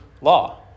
law